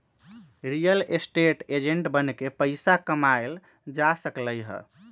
real estate agent बनके पइसा कमाएल जा सकलई ह